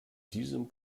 diesem